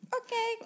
Okay